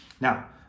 now